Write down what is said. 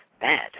bad